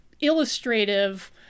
illustrative